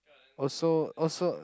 also also